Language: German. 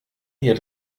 hier